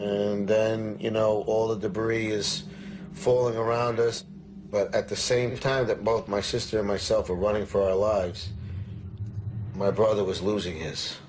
and then you know all the debris is for around us but at the same time that both my sister and myself were running for our lives my brother was losing is